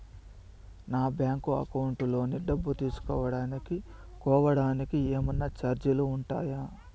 నా bank account లోని డబ్బు తెలుసుకోవడానికి కోవడానికి ఏమన్నా చార్జీలు ఉంటాయా?